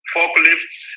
Forklifts